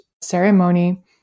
ceremony